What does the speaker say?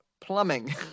plumbing